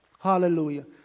Hallelujah